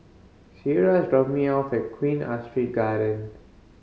Ciera is dropping me off at Queen Astrid Garden